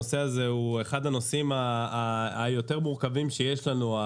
הנושא הזה הוא אחד הנושאים היותר מורכבים שיש לנו.